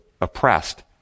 oppressed